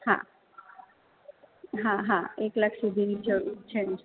હા હા હા એક લાખ સુધીની જરૂર છે જ